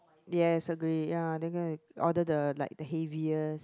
yes agree ya they gonna order the like the heaviest